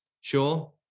sure